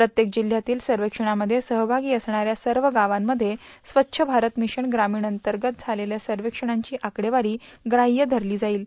प्रत्येक जिल्ह्यातील सर्वेक्षणामध्ये सहभागी असणाऱ्या सर्व गावांमध्ये स्वच्छ भारत भिशन ग्रामीणअंतर्गत झालेले सर्वेशणांची आकडेवारी प्राहय धरली जाईल